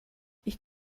ich